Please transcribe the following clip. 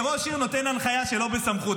כשראש עיר נותן הנחיה שלא בסמכות,